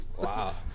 Wow